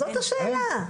זאת השאלה.